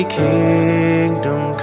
kingdom